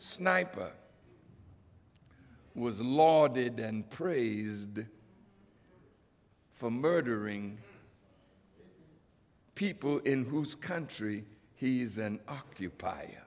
sniper was lauded and praised for murdering people in whose country he is and occup